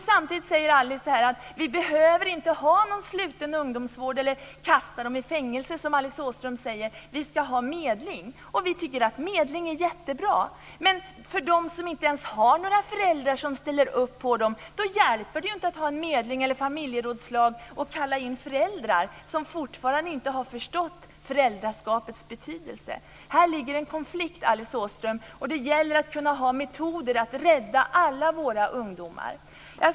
Samtidigt säger Alice att man inte behöver ha någon sluten ungdomsvård eller kasta dem i fängelse, utan man ska ha medling. Vi tycker att medling är jättebra. Men för dem som inte ens har några föräldrar som ställer upp för dem hjälper det inte att ha medling eller familjerådslag och kalla in föräldrar som fortfarande inte har förstått föräldraskapets betydelse. Här ligger en konflikt, Alice Åström, och det gäller att ha metoder för att rädda alla våra ungdomar.